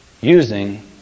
using